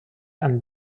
and